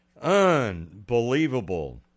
Unbelievable